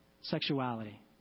sexuality